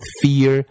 fear